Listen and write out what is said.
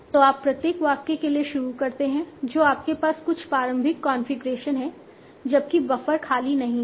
तो आप प्रत्येक वाक्य के लिए शुरू करते हैं जो आपके पास कुछ प्रारंभिक कॉन्फ़िगरेशन है जबकि बफर खाली नहीं है